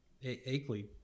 Akeley